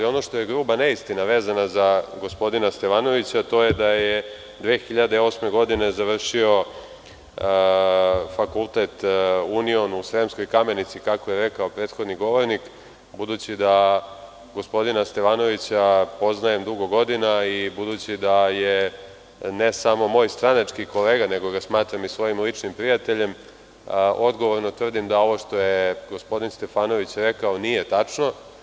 Ono što je gruba neistina, vezana za gospodina Stevanovića, to je da je 2008. godine završio fakultet „Union“ u Sremskoj Kamenici, kako je rekao prethodni govornik, budući da gospodina Stevanovića poznajem dugo godina i budući da je ne samo moj stranački kolega, nego ga smatram i svojim ličnim prijateljem, odgovorno tvrdim da je ovo što je gospodin Stefanović rekao nije tačno.